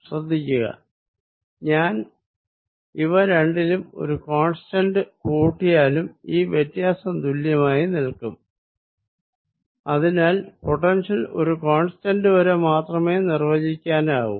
ശ്രദ്ധിക്കുക ഞാൻ ഇവ രണ്ടിലും ഒരു കോൺസ്റ്റന്റ് കൂടിയാലും ഈ വ്യത്യാസം തുല്യമായി നിലനിൽക്കും അതിനാൽ പൊട്ടൻഷ്യൽ ഒരു കോൺസ്റ്റന്റ് വരെ മാത്രമേ നിർവചിക്കാനാകൂ